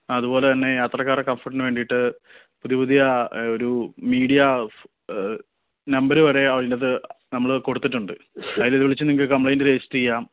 അതുപോലെ തന്നെ യാത്രക്കാരുടെ കംഫോർട്ടിന് വേണ്ടിയിട്ട് പുതിയ പുതിയ ഒരു മീഡിയ നമ്പർ വരെ അതിൻറെ അകത്ത് നമ്മൾ കൊടുത്തിട്ടുണ്ട് അതിൽ വിളിച്ച് നിങ്ങൾക്ക് കംപ്ലെയിൻറ് രജിസ്റ്റർ ചെയ്യാം